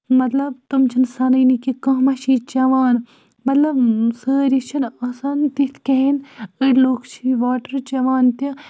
مطلب تم چھِنہٕ سَنٲنی کہِ کانٛہہ ما چھِ یہِ چٮ۪وان مطلب سٲری چھِنہٕ آسان تِتھ کہیٖنۍ أڑۍ لُکھ چھِ یہِ واٹر چٮ۪وان تہِ